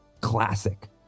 classic